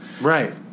Right